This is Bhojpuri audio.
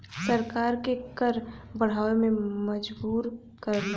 सरकार के कर बढ़ावे पे मजबूर करला